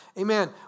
Amen